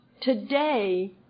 today